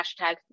hashtags